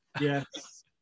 yes